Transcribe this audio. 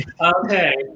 okay